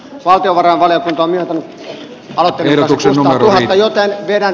valtiovarainvaliokuntaan joka on perillä siitä jotain vielä